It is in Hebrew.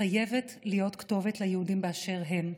חייבת להיות כתובת ליהודים באשר הם,